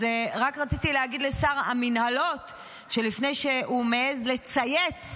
אז זה רק רציתי להגיד לשר המינהלות שלפני שהוא מעז לצייץ,